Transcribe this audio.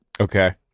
Okay